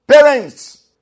Parents